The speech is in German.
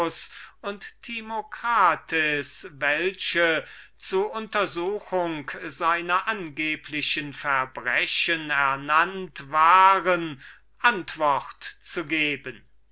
und timocrates welche zu untersuchung seiner angeblichen verbrechen ernannt waren antwort zu geben